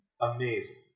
Amazing